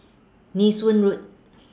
Nee Soon Road